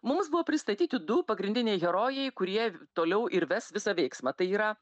mums buvo pristatyti du pagrindiniai herojai kurie toliau ir ves visą veiksmą tai yra